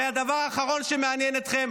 זה הדבר האחרון שמעניין אתכם.